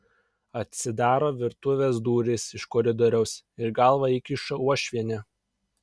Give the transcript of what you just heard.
atsidaro virtuvės durys iš koridoriaus ir galvą įkiša uošvienė